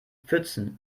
pfützen